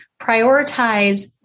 prioritize